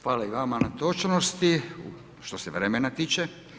Hvala vama na točnosti, što se vremena tiče.